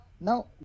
Now